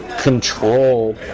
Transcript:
control